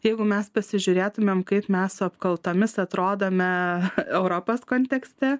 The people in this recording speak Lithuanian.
jeigu mes pasižiūrėtumėm kaip mes su apkaltomis atrodome europos kontekste